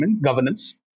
governance